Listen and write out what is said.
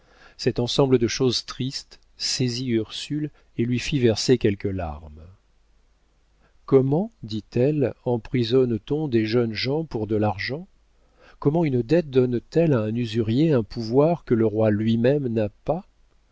cet ensemble de choses tristes saisit ursule et lui fit verser quelques larmes comment dit-elle emprisonne t on des jeunes gens pour de l'argent comment une dette donne-t-elle à un usurier un pouvoir que le roi lui-même n'a pas